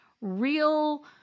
real